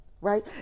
right